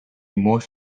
most